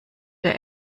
der